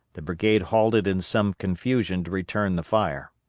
the brigade halted in some confusion to return the fire.